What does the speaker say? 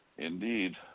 Indeed